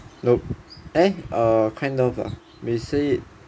nope eh kind of lah